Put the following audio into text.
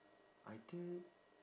I think